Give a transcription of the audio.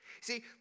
See